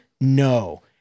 No